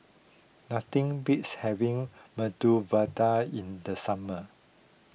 nothing beats having Medu Vada in the summer